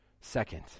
second